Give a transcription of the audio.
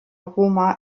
aroma